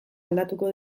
aldatuko